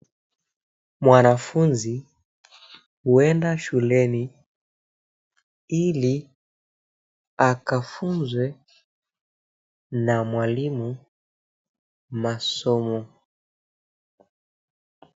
Mwanafunzi huenda shuleni ili akafunzwe na mwalimu masomo.